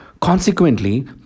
Consequently